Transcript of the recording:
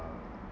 are